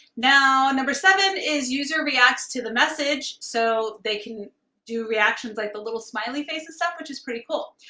now, number seven is user reacts to the message, so they can do reactions like the little smiley face and stuff, which is pretty cool.